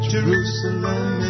Jerusalem